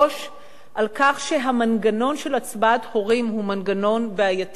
על כך שהמנגנון של הצבעת הורים הוא מנגנון בעייתי ביותר.